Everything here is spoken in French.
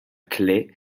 claye